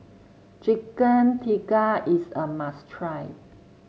Chicken Tikka is a must try